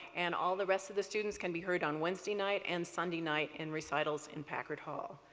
and all the rest of the students can be heard on wednesday night and sunday night in recitals in packard hall.